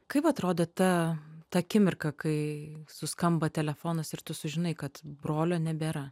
kaip atrodo ta ta akimirka kai suskamba telefonas ir tu sužinai kad brolio nebėra